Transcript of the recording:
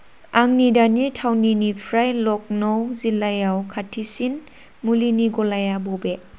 आंनि दानि थावनिनिफ्राय लखनौ जिल्लायाव खाथिसिन मुलिनि गलाया बबे